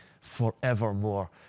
forevermore